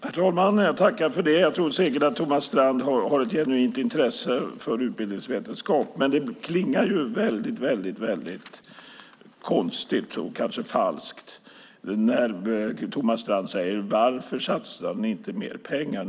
Herr talman! Thomas Strand har säkert ett genuint intresse för utbildningsvetenskap. Det klingar dock konstigt och falskt när Thomas Strand frågar "Varför satsar ni inte mer pengar?"